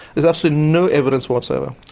there's absolutely no evidence whatsoever.